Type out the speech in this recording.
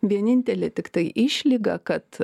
vienintelė tiktai išlyga kad